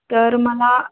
तर मला